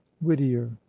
whittier